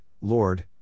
Lord